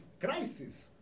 crisis